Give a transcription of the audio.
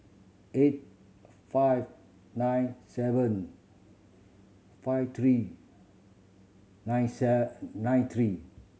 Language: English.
eight five nine seven five three nine nine three